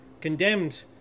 condemned